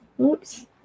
Oops